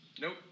Nope